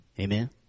amen